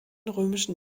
römischen